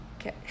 Okay